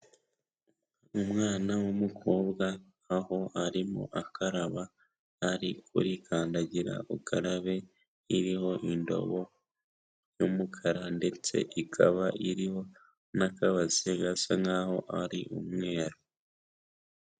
Umwana w'umukobwa aho arimo akaraba ari kuri kandagira ukarabe, iriho indobo y'umukara ndetse ikaba iriho n'akabase gasa nk'aho ari umweru.